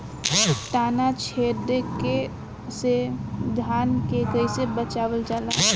ताना छेदक से धान के कइसे बचावल जाला?